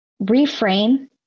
reframe